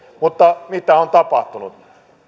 mutta mitä on tapahtunut